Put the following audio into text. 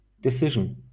decision